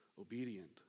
obedient